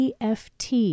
EFT